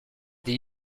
des